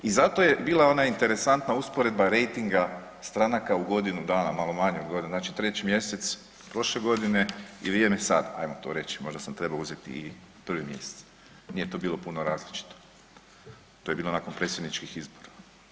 I zato je bila ona interesantna usporedba rejtinga stranaka u godinu dana, malo manje od godinu, znači 3. mjesec prošle godine i vrijeme sad ajmo to reći, možda trebao uzeti i 1. mjesec nije to bilo puno različito to je bilo nakon predsjedničkih izbora.